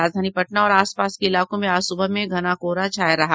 राजधानी पटना और आसपास के इलाकों में आज सुबह में घना कोहरा छाया रहा